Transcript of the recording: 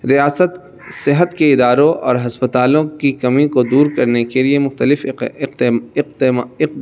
ریاست صحت کے اداروں اور ہسپتالوں کی کمی کو دور کرنے کے لیے مختلف